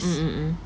mm mm mm